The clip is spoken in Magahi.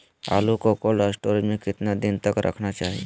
आलू को कोल्ड स्टोर में कितना दिन तक रखना चाहिए?